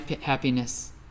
happiness